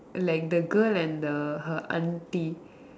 like the girl and the her auntie